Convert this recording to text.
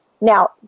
Now